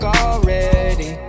already